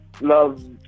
love